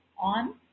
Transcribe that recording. on